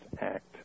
Act